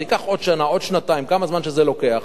זה ייקח עוד שנה, עוד שנתיים, כמה זמן שזה לוקח.